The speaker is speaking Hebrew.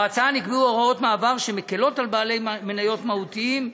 בהצעה נקבעו הוראות מעבר שמקלות על בעלי מניות מהותיים,